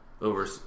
over